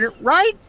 right